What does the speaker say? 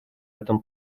этом